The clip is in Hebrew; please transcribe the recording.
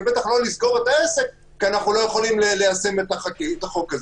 ובטח לא לסגור את העסק כי אנחנו לא יכולים ליישם את החוק הזה.